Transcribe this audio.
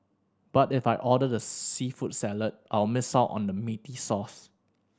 but if I order the seafood salad I'll miss out on the meaty sauce